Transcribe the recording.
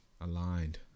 aligned